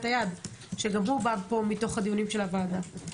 היעד שגם הוא בא לפה מתוך הדיונים של הוועדה.